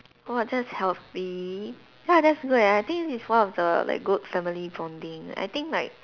!wah! that's healthy ya that's good leh I think this is one of the like good family bonding I think like